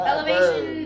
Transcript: Elevation